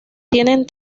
tienen